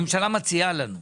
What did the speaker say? הממשלה מציעה לנו.